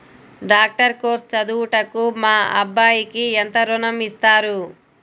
Doctor course చదువుటకు మా అబ్బాయికి ఎంత ఋణం ఇస్తారు?